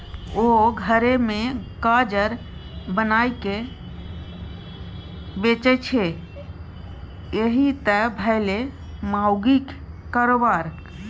ओ घरे मे काजर बनाकए बेचय छै यैह त भेलै माउगीक कारोबार